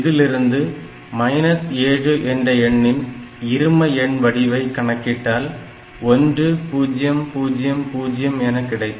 இதிலிருந்து 7 என்ற எண்ணின் இருமஎண் வடிவை கணக்கிட்டால் 1000 என கிடைக்கும்